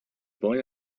boy